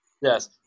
yes